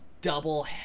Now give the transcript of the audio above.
Double